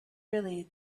really